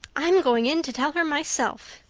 i'm going in to tell her myself,